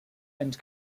and